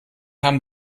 haben